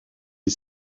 est